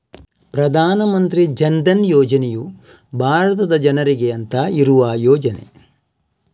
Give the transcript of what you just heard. ಪ್ರಧಾನ ಮಂತ್ರಿ ಜನ್ ಧನ್ ಯೋಜನೆಯು ಭಾರತದ ಜನರಿಗೆ ಅಂತ ಇರುವ ಯೋಜನೆ